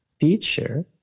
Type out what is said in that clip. feature